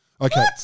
Okay